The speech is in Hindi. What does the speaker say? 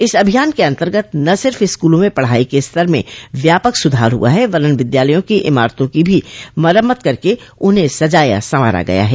इस अभियान के अन्तर्गत न सिर्फ स्कूलों में पढ़ाई के स्तर में व्यापक सुधार हुआ है वरन् विद्यालयों की इमारतों की भी मरम्मत करके उन्हें सजाया संवारा गया है